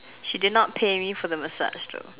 she did not pay me for the massage job